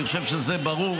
אני חושב שזה ברור,